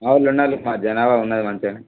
మా వాళ్ళు ఉండాలి మా జనాభా ఉన్నది మంచిగానే